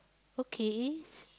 okay